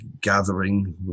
gathering